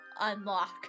unlock